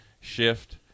shift